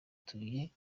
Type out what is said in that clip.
utuye